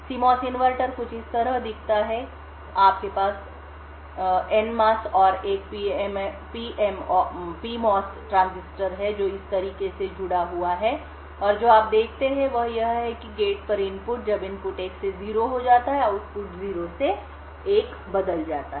CMOS inverter कुछ इस तरह दिखता है आपके पास और NMOS और एक PMOS ट्रांजिस्टर है जो इस तरीके से जुड़ा हुआ है और जो आप देखते हैं वह यह है कि गेट पर इनपुट जब इनपुट 1 से 0 हो जाता है आउटपुट 0 से 1 बदल जाता है